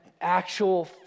actual